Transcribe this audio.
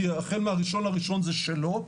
כי החל מה- 1.1.2022 זה שלו,